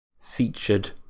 featured